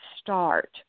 start